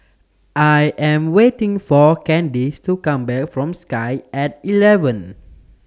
I Am waiting For Candis to Come Back from Sky At eleven